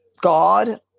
God